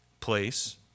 place